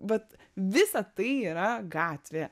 vat visa tai yra gatvė